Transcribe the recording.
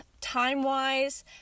time-wise